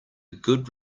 good